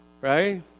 right